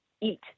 eat